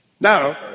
Now